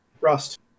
Rust